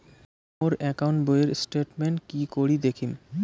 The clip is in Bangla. মোর একাউন্ট বইয়ের স্টেটমেন্ট কি করি দেখিম?